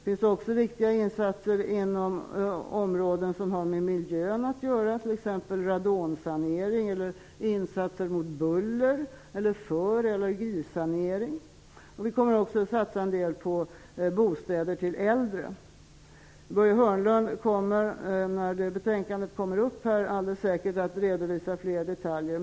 Det finns viktiga insatser att göra inom miljöområdet, exempelvis radonsanering, bullerbekämpning eller allergisanering. Vi kommer också att satsa en del på bostäder till äldre. När arbetsmarknadsutskottets betänkande kommer upp till debatt kommer Börje Hörnlund att redovisa fler detaljer.